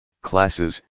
classes